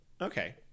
Okay